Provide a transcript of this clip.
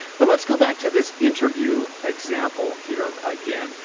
but let's go back to this interview example here again.